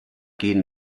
gehen